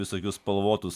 visokius spalvotus